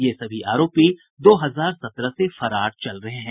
ये सभी आरोपी दो हजार सत्रह से फरार चल रहे हैं